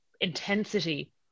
intensity